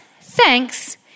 thanks